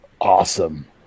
awesome